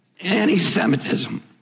Anti-Semitism